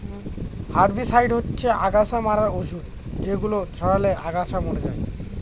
herbicide হচ্ছে অগাছা মারার ঔষধ যেগুলো ছড়ালে আগাছা মরে যায়